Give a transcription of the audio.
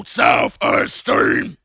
self-esteem